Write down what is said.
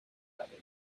arabic